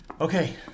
Okay